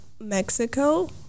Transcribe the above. Mexico